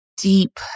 deep